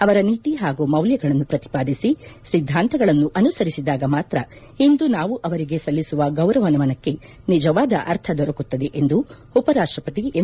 ಅವರ ನೀತಿ ಹಾಗೂ ಮೌಲ್ಯಗಳನ್ನು ಪ್ರತಿಪಾದಿಸಿ ಸಿದ್ಧಾಂತಗಳನ್ನು ಅನುಸರಿಸಿದಾಗ ಮಾತ್ರ ಇಂದು ನಾವು ಅವರಿಗೆ ಸಲ್ಲಿಸುವ ಗೌರವ ನಮನಕ್ಕೆ ನಿಜವಾದ ಅರ್ಥ ದೊರಕುತ್ತದೆ ಎಂದು ಉಪರಾಷ್ಟಪತಿ ಎಂ